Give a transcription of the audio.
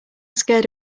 scared